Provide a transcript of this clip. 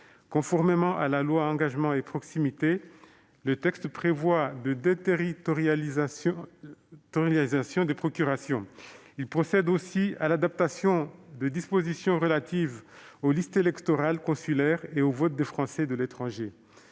Conformément à la loi Engagement et proximité, le texte prévoit la déterritorialisation des procurations. Il procède aussi à l'adaptation de dispositions relatives aux listes électorales consulaires et au vote des Français de l'étranger.